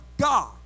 God